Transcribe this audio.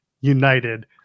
united